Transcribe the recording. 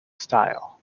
style